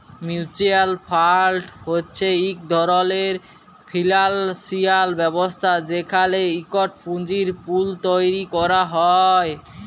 mutual fund হছে ইক ধরলের ফিল্যালসিয়াল ব্যবস্থা যেখালে ইকট পুঁজির পুল তৈরি ক্যরা হ্যয়